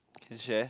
can share